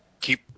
Keep